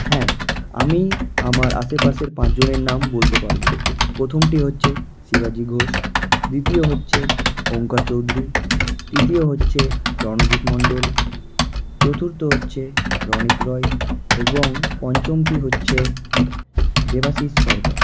হ্যাঁ আমি আমার আশেপাশের পাঁচজনের নাম বলতে পারবো প্রথমটি হচ্ছে শিবাজি ঘোষ দ্বিতীয় হচ্ছে ওমকার চৌধুরী তৃতীয় হচ্ছে রনজিৎ মন্ডল চতুর্থ হচ্ছে রনিত রয় এবং পঞ্চমটি হচ্ছে দেবাশীষ সরকার